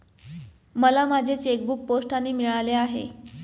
मला माझे चेकबूक पोस्टाने मिळाले आहे